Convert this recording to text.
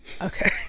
Okay